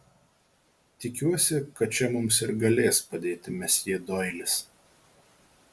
tikiuosi kad čia mums ir galės padėti mesjė doilis